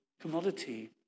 commodity